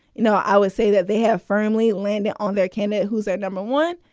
you know, i would say that they have firmly landed on their candidate who's at number one.